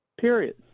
period